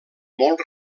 molt